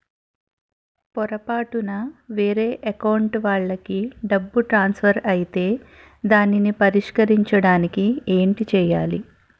పొరపాటున వేరే అకౌంట్ వాలికి డబ్బు ట్రాన్సఫర్ ఐతే దానిని పరిష్కరించడానికి ఏంటి చేయాలి?